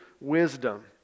wisdom